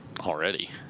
already